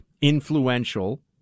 influential